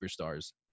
superstars